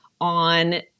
on